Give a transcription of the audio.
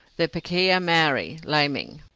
the pakeha maori, laming.